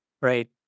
right